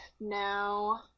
now